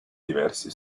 diversi